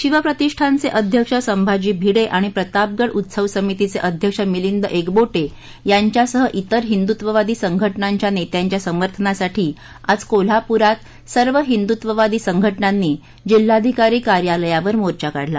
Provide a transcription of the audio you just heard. शिवप्रतिष्ठानचे अध्यक्ष संभाजी भिडे आणि प्रतापगड उत्सव समितीचे अध्यक्ष मिलिंद एकबोटे यांच्यासह जिर हिंदुत्ववादी संघटनांच्या नेत्यांच्या समर्थनासाठी आज कोल्हापुरात सर्व हिंदुत्ववादी संघटनांनी जिल्हाधिकारी कार्यालयावर मोर्चा काढला